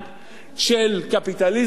של קפיטליזם, זה שוק חופשי.